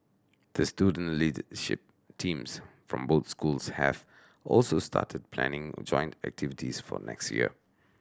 the student leadership teams from both schools have also started planning joint activities for next year